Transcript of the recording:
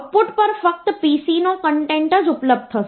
0 મળે છે ફરીથી તે 1 લેવામાં આવે છે અને પછી તે 0 થાય છે